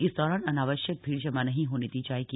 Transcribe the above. इस दौरान अनावश्यक भीड़ जमा नहीं होने दी जाएगी